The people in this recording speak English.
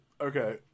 Okay